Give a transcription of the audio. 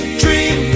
dream